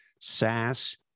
SaaS